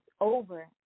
over